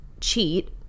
cheat